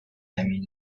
改名